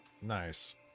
Nice